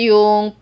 Yung